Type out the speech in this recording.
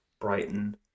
Brighton